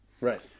Right